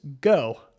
go